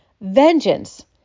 vengeance